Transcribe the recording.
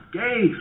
gay